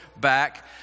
back